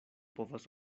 povas